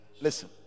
Listen